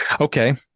okay